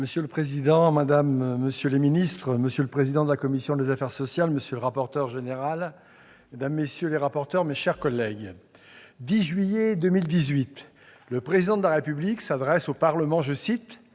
Monsieur le président, madame la ministre, monsieur le secrétaire d'État, monsieur le président de la commission des affaires sociales, monsieur le rapporteur général, mesdames, messieurs les rapporteurs, mes chers collègues, le 10 juillet 2018, le Président de la République s'est adressé au Parlement en ces